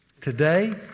today